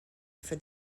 for